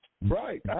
right